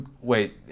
Wait